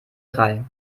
drei